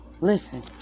Listen